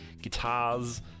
guitars